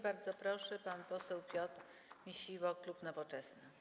Bardzo proszę, pan poseł Piotr Misiło, klub Nowoczesna.